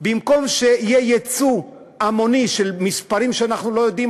במקום שיהיה יצוא המוני במספרים שאנחנו לא יודעים,